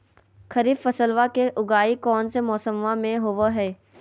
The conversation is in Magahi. खरीफ फसलवा के उगाई कौन से मौसमा मे होवय है?